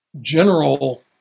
general